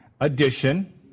addition